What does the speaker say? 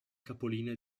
capolinea